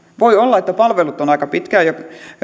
voi olla että palvelut on aika pitkälle jo